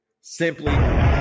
simply